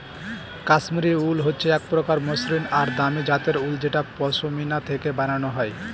কাশ্মিরী উল হচ্ছে এক প্রকার মসৃন আর দামি জাতের উল যেটা পশমিনা থেকে বানানো হয়